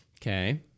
okay